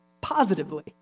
positively